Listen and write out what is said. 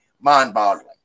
mind-boggling